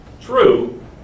true